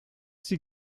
sie